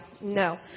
No